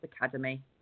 Academy